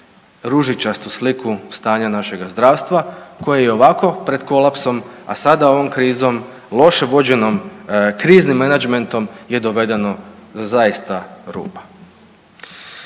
ružičastu sliku stanja našeg zdravstva koje je i ovako pred kolapsom, a sada ovom krizom, loše vođenom kriznim menadžmentom je dovedeno zaista ruba.